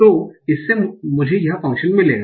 तो इससे मुझे यह फंक्शन मिलेगा